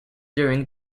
during